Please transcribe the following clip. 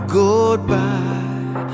goodbye